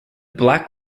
black